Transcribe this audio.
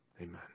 Amen